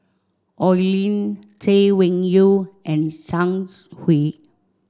Oi Lin Chay Weng Yew and Zhang Hui